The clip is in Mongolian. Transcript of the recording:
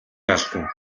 алдана